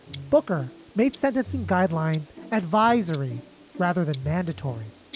booker made sentencing guidelines advisory rather than mandatory